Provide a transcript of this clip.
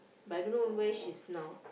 but I don't know where she's now